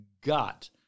got